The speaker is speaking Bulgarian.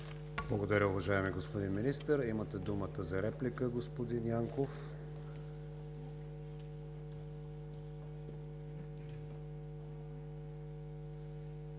Благодаря, уважаеми господин Министър. Желаете ли думата за реплика, господин Янков?